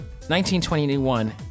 1921